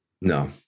No